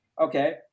okay